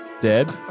Dead